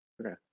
Okay